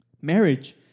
Marriage